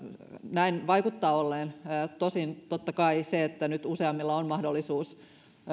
näin vaikuttaa olleen tosin totta kai se että nyt useammilla on mahdollisuus